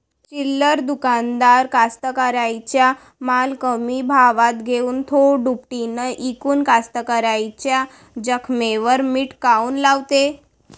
चिल्लर दुकानदार कास्तकाराइच्या माल कमी भावात घेऊन थो दुपटीनं इकून कास्तकाराइच्या जखमेवर मीठ काऊन लावते?